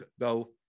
go